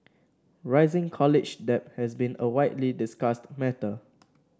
rising college debt has been a widely discussed matter